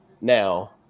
Now